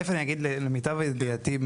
למיטב ידיעתי,